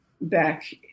back